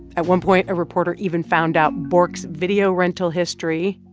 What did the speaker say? at one point, a reporter even found out bork's video rental history.